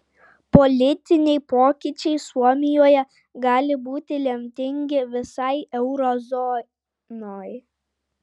politiniai pokyčiai suomijoje gali būti lemtingi visai euro zonai